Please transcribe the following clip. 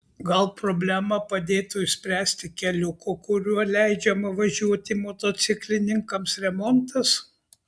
gal problemą padėtų išspręsti keliuko kuriuo leidžiama važiuoti motociklininkams remontas